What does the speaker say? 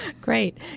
Great